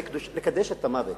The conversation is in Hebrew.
זה לקדש את המוות